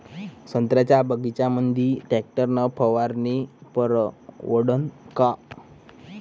संत्र्याच्या बगीच्यामंदी टॅक्टर न फवारनी परवडन का?